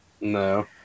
No